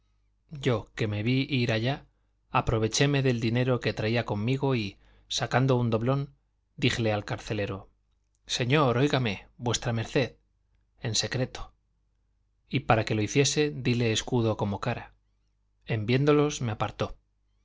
yo que me vi ir allá aprovechéme del dinero que traía conmigo y sacando un doblón díjele al carcelero señor oígame v md en secreto y para que lo hiciese dile escudo como cara en viéndolos me apartó